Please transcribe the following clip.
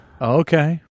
Okay